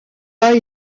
pas